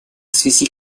связи